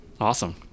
Awesome